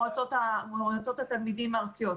מועצות התלמידים הארציות,